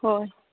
ꯍꯣꯏ